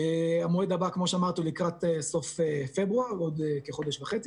המועד הבא כמו שאמרתי הוא לקראת סוף פברואר -- סוף ספטמבר.